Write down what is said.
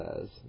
says